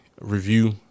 review